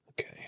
Okay